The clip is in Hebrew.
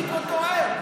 אדוני היושב-ראש,